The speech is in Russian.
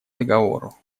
договору